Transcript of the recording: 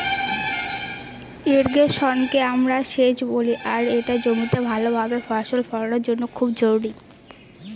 ইর্রিগেশনকে আমরা সেচ বলি আর এটা জমিতে ভাল ভাবে ফসল ফলানোর জন্য খুব জরুরি